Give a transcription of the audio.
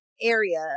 area